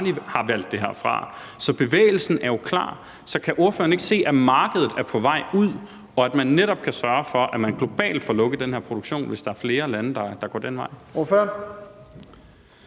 har valgt det her fra. Så bevægelsen er jo klar. Så kan ordføreren ikke se, at markedet er på vej ud, og at man netop kan sørge for, at man globalt får lukket den her produktion, hvis der er flere lande, der går den vej? Kl.